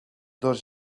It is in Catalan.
dos